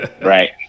right